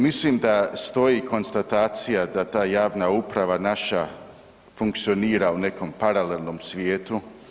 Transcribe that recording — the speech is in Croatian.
Mislim da stoji konstatacija da ta javna uprava naša funkcionira u nekom paralelnom svijetu.